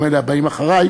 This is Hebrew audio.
גם אלה הבאים אחרי,